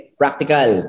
practical